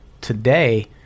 today